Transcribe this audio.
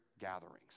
gatherings